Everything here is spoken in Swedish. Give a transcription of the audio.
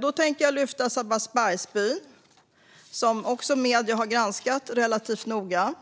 Då tänker jag lyfta Sabbatsbergsbyn, som också medierna har granskat relativt noga.